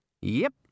Yep